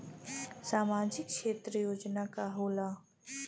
सामाजिक क्षेत्र योजना का होला?